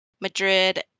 Madrid